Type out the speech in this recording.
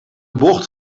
bocht